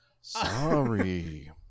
Sorry